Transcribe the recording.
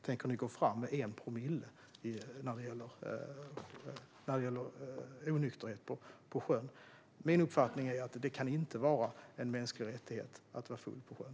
Tänker ni gå fram med 1 promille när det gäller onykterhet på sjön? Min uppfattning är att det inte kan vara en mänsklig rättighet att vara full på sjön.